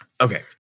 okay